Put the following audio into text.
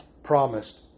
promised